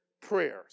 prayers